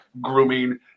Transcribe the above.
grooming